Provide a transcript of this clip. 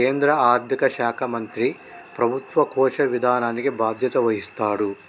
కేంద్ర ఆర్థిక శాఖ మంత్రి ప్రభుత్వ కోశ విధానానికి బాధ్యత వహిస్తాడు